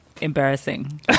embarrassing